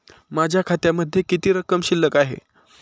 माझ्या खात्यामध्ये किती रक्कम शिल्लक आहे?